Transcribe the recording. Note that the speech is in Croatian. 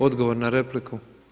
Odgovor na repliku.